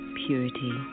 purity